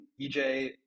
EJ –